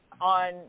on